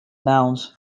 nouns